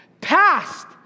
passed